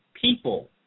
people